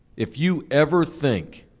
if you ever think,